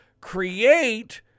create